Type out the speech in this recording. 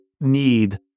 need